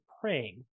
praying